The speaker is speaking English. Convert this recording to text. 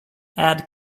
add